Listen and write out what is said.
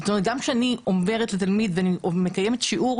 זאת אומרת גם כשאני אומרת לתלמיד ומקיימת שיעור,